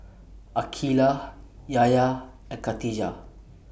Aqeelah Yahya and Khatijah